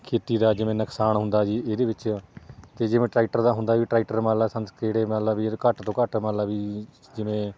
ਖੇਤੀ ਦਾ ਜਿਵੇਂ ਨੁਕਸਾਨ ਹੁੰਦਾ ਜੀ ਇਹਦੇ ਵਿੱਚ ਅਤੇ ਜਿਵੇਂ ਟਰੈਕਟਰ ਦਾ ਹੁੰਦਾ ਵੀ ਟਰੈਕਟਰ ਮਤਲਬ ਸੰਦ ਕਿਹੜੇ ਮਤਲਬ ਵੀ ਘੱਟ ਤੋਂ ਘੱਟ ਮਤਲਬ ਵੀ ਜਿਵੇਂ